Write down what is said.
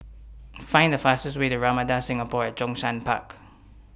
Find The fastest Way to Ramada Singapore At Zhongshan Park